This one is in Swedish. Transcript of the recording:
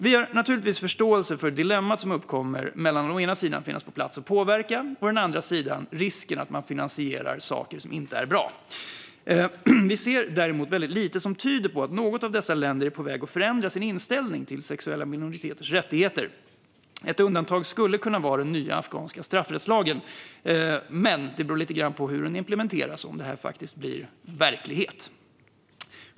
Vi har naturligtvis förståelse för dilemmat som uppkommer mellan å ena sidan att finnas på plats och påverka och å andra sidan risken att man finansierar saker som inte är bra. Vi ser däremot väldigt lite som tyder på att något av dessa länder är på väg att förändra sin inställning till sexuella minoriteters rättigheter. Ett undantag skulle kunna vara den nya afghanska straffrättslagen, men det beror lite grann på hur den implementeras och om den faktiskt blir verklighet.